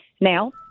Now